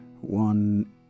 One